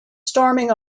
storming